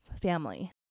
family